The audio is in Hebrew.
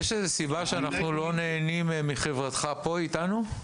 יש איזו סיבה שאנחנו לא נהנים מחברתך פה, איתנו?